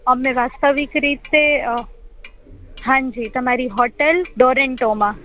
અમે વાસ્તવિક રીતે હાંજી તમારી હોટેલ ડોરેન્ટોમાં